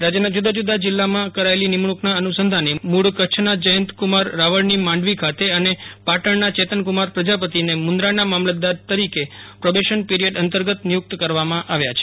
રાજ્યના જુદા જદા જિલ્લામાં કરાયેલી નિમણૂકના અનુસંધાને મૂળ કચ્છના જયંતકુમાર રાવળની માંડવી ખાતે અને પાટણના ચેતનકુમાર પ્રજાપતિને મુંદરાના મામલતદાર તરીકે પ્રોબેશન પીરિચડ અંતર્ગત નિયુક્ત કરવામાં આવ્યા છે